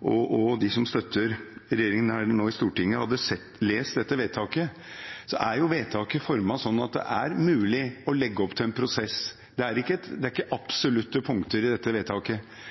og de som støtter regjeringen i Stortinget nå, hadde lest dette vedtaksforslaget, så er det utformet sånn at det er mulig å legge opp til en prosess. Det er ikke absolutte punkter i dette forslaget til vedtak. Det er